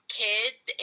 kids